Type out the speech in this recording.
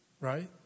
right